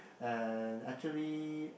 and actually